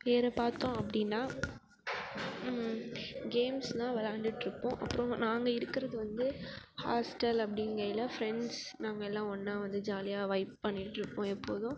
வேறே பார்த்தோம் அப்படின்னா கேம்ஸ்ன்னால் வெளாண்டுட்டுருப்போம் அப்புறம் நாங்கள் இருக்கிறது ஹாஸ்ட்டல் அப்படிங்கைல ஃப்ரெண்ட்ஸ் நாங்கெல்லாம் ஒன்றா வந்து ஜாலியாக வைப் பண்ணிட்டுருப்போம் எப்போதும்